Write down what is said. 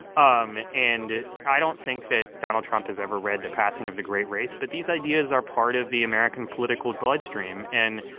um and i don't think that donald trump has ever read the passing of the great race, but these ideas are part of the american political bloodstream. and,